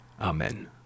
Amen